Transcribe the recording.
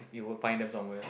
if we will find them somewhere